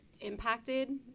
impacted